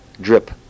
drip